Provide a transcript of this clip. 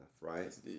right